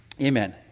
Amen